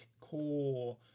core